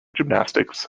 gymnastics